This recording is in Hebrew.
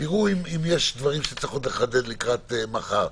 תראו אם יש דברים שצריך עוד לחדד לקראת מחר,